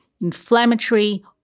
inflammatory